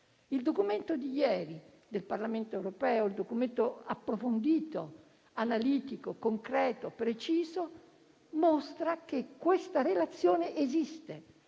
Il documento di ieri del Parlamento europeo, documento approfondito, analitico, concreto e preciso mostra che questa relazione esiste.